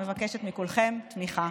אני מבקשת מכולכם תמיכה.